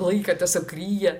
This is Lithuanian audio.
laiką tiesiog ryja